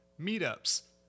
Meetups